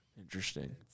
Interesting